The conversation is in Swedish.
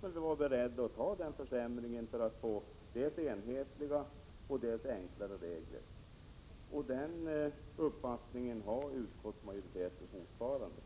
Men vi var beredda att ta den försämringen för att få dels enhetliga, dels enklare regler. Den uppfattningen har också utskottsmajoriteten fortfarande.